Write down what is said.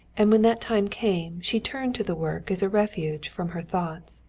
and when that time came she turned to the work as a refuge from her thoughts.